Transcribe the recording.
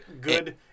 good